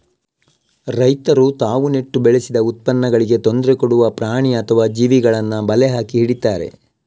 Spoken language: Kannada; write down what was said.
ರೈತರು ತಾವು ನೆಟ್ಟು ಬೆಳೆಸಿದ ಉತ್ಪನ್ನಗಳಿಗೆ ತೊಂದ್ರೆ ಕೊಡುವ ಪ್ರಾಣಿ ಅಥವಾ ಜೀವಿಗಳನ್ನ ಬಲೆ ಹಾಕಿ ಹಿಡೀತಾರೆ